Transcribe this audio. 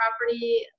property